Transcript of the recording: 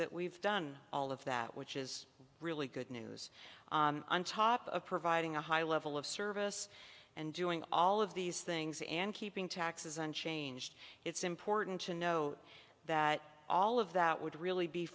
that we've done all of that which is really good news on top of providing a high level of service and doing all of these things and keeping taxes unchanged it's important to know that all of that would really be